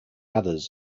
others